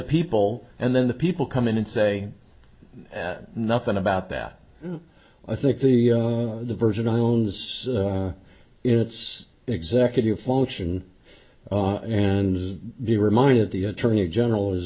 people and then the people come in and say nothing about that i think the virgin islands its executive function and be reminded the attorney general is